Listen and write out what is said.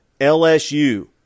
LSU